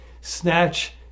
snatch